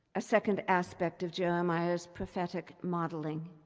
a second aspect of jeremiah's prophetic modeling.